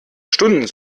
stunden